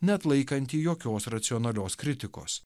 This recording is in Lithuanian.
neatlaikantį jokios racionalios kritikos